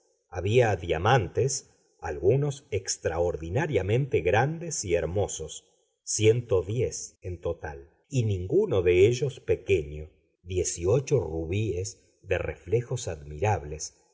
había diamantes algunos extraordinariamente grandes y hermosos ciento diez en total y ninguno de ellos pequeño dieciocho rubíes de reflejos admirables